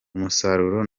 umusaruro